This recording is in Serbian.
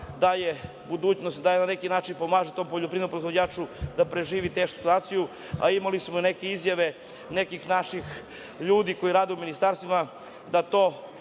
daje budućnost, na neki način pomaže tom poljoprivrednom proizvođaču da preživi tešku situaciju, a imali smo neke izjave nekih naših ljudi koji rade u ministarstvima da su